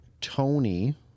Tony